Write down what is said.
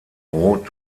rot